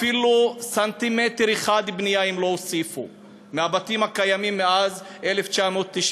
אפילו סנטימטר אחד בנייה הם לא הוסיפו בבתים הקיימים מאז 1998,